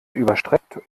überstreckt